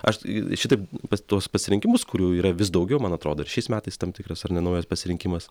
aš šitaip pas tuos pasirinkimus kurių yra vis daugiau man atrodo ir šiais metais tam tikras ar ne naujas pasirinkimas